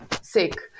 sick